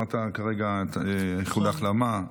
אמרת כרגע איחולי החלמה,